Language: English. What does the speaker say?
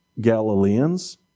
Galileans